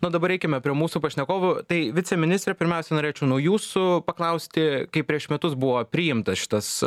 na o dabar eikime prie mūsų pašnekovų tai viceministre pirmiausia norėčiau nuo jūsų paklausti kaip prieš metus buvo priimtas šitas